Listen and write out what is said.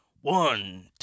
one